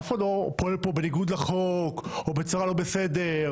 אף אחד לא פועל פה בניגוד לחוק או בצורה לא בסדר.